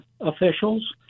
officials